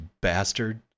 bastard